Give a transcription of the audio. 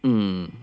hmm